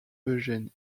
eugène